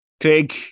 Craig